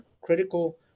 critical